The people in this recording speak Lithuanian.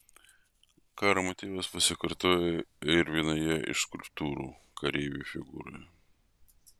karo motyvas pasikartoja ir vienoje iš skulptūrų kareivio figūroje